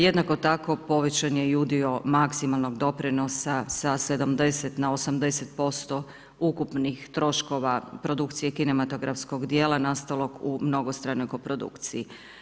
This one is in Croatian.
Jednako tako, povećan je udio maksimalnog doprinosa sa 70 na 80% ukupnih troškova produkcije kinematografskog djela nastalog u mnogostranoj koprodukciji.